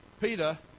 Peter